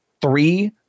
three